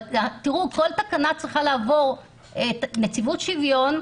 אבל כל תקנה צריכה לעבור נציבות שוויון,